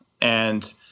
and-